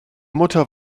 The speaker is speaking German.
mutter